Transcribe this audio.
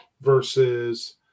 versus